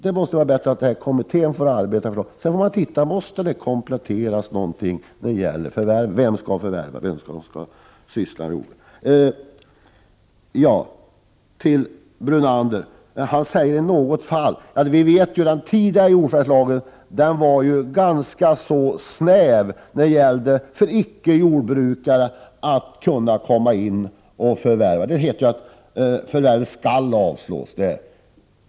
Det måste vara bättre att kommittén får arbeta med de frågorna först och sedan titta efter om lagstiftningen måste kompletteras med regler om förvärv — om vem som skall förvärva jordbruk och vem som skall syssla med jordbruk. Till Brunander vill jag säga att den tidigare jordförvärvslagen var ganska så snäv när det gällde icke-jordbrukares förvärv. Det hette där att ansökan om förvärv i sådana fall skulle avslås.